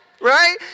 right